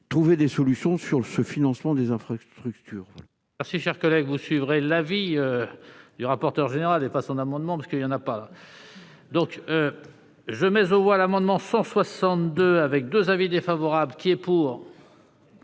trouver des solutions pour financer les infrastructures.